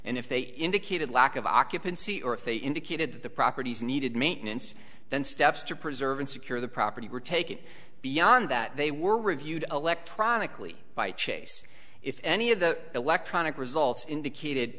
and if they indicated lack of occupancy or if they indicated that the properties needed maint since then steps to preserve and secure the property were take it beyond that they were reviewed electronically by chase if any of the electronic results